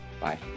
Bye